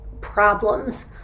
problems